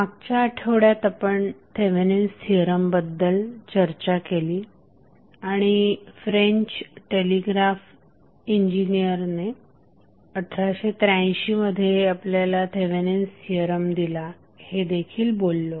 मागच्या आठवड्यात आपण थेवेनिन्स थिअरम बद्दल चर्चा केली आणि फ्रेंच टेलिग्राफ इंजिनियरने 1883 मध्ये आपल्याला थेवेनिन्स थिअरम दिला हे देखील बोललो